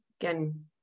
Again